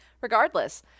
Regardless